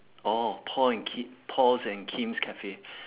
oh paul and kei~ paul's and kim's cafe